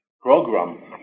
program